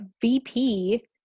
VP